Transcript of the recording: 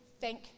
thank